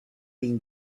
been